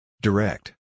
Direct